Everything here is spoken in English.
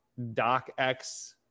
.docx